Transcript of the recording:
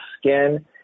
skin